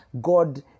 God